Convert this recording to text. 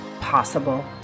possible